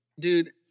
Dude